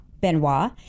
Benoit